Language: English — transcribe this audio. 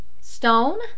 Stone